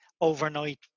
overnight